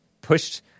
pushed